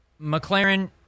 McLaren